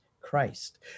Christ